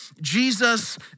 Jesus